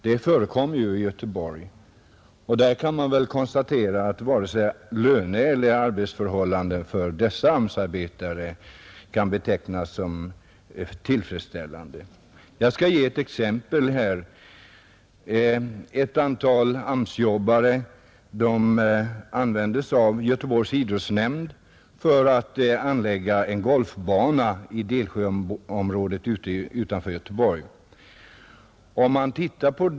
Det förekommer ju i Göteborg, och man kan konstatera att varken löneeller arbetsförhållanden för dessa AMS-arbetare kan betecknas som tillfredsställande. Jag skall ge ett exempel. Ett antal AMS-jobbare användes av Göteborgs idrottsnämnd för att anlägga en golfbana i Delsjöområdet utanför Göteborg.